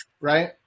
Right